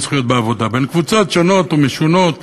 זכויות בעבודה בין קבוצות שונות ומשונות.